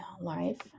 life